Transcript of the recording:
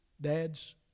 Dads